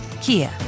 Kia